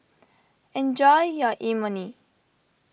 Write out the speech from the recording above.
enjoy your Imoni